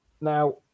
Now